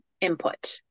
input